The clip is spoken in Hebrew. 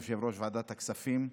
יושב-ראש ועדת הכספים,